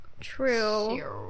true